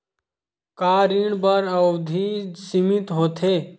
का ऋण बर अवधि सीमित होथे?